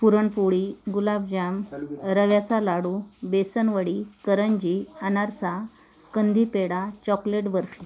पुरणपोळी गुलाबजाम रव्याचा लाडू बेसनवडी करंजी अनारसा कंदी पेढा चॉकलेड बर्फी